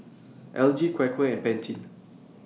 L G Quaker and Pantene